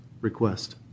request